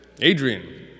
Adrian